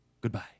goodbye